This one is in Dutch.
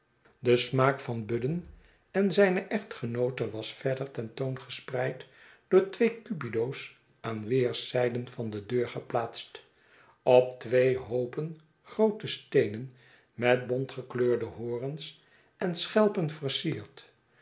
de smaak van budden en zijne echtgenoote was verder ten toon gespreid door twee cupido's aan weerszijden van de deur geplaatst op twee hoopen groote steenen met bontgekleurde horens en schelpen versierd